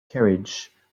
carriage